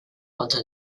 onto